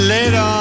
Later